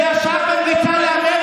אתה אנטישמי, ישר במריצה לאמריקה,